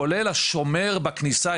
כולל השומר בכניסה,